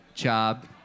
job